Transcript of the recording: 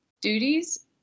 duties